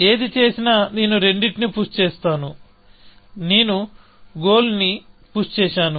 ఏది చేసినా నేను రెండింటినీ పుష్ చేస్తాను నేను గోల్ ని పుష్ చేశాను